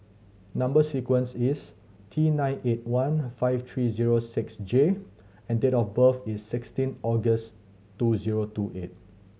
number sequence is T nine eight one five three zero six J and date of birth is sixteen August two zero two eight